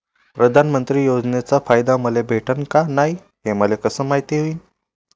प्रधानमंत्री योजनेचा फायदा मले भेटनं का नाय, हे मले कस मायती होईन?